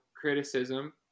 criticism